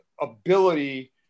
ability